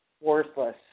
worthless